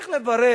צריך לברך.